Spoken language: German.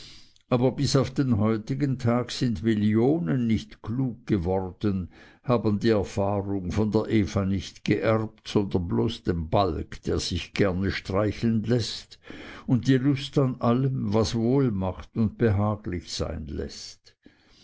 aber bis auf den heutigen tag sind millionen nicht klug geworden haben die erfahrung von der eva nicht geerbt sondern bloß den balg der sich gerne streicheln läßt und die lust an allem was wohl macht und behaglich sein läßt